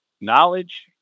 knowledge